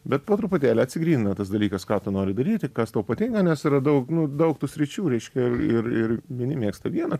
bet po truputėlį atsigrynino tas dalykas ką tu nori daryti kas tau patinka nes ir radau daug tų sričių reiškia ir ir vieni mėgsta vieną